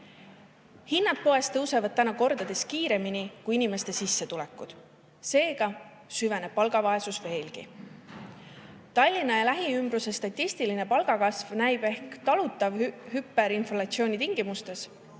Hinnad poes tõusevad praegu kordades kiiremini kui inimeste sissetulekud, seega süveneb palgavaesus veelgi. Tallinna ja lähiümbruse statistiline palgakasv näib ehk talutav hüperinflatsiooni tingimustes,